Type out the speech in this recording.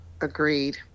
Agreed